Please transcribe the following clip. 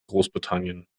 großbritannien